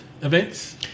events